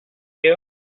you